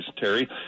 Terry